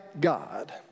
God